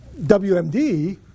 WMD